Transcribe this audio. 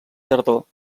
tardor